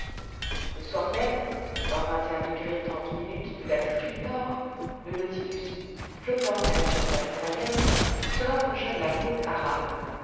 le soir même par de latitude nord le nautilus flottant à la surface de la mer se rapprocha de la côte arabe